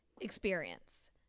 Experience